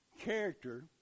Character